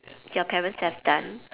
your parents have done